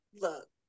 look